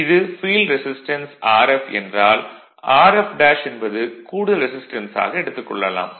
இது field resistance Rf என்றால் Rf என்பது கூடுதல் ரெசிஸ்டன்ஸ் ஆக எடுத்துக் கொள்ளலாம்